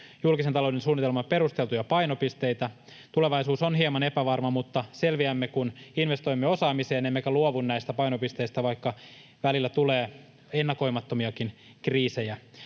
julkisen talouden suunnitelman perusteltuja painopisteitä. Tulevaisuus on hieman epävarma, mutta selviämme, kun investoimme osaamiseen emmekä luovu näistä painopisteistä, vaikka välillä tulee ennakoimattomiakin kriisejä.